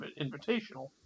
Invitational